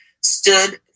stood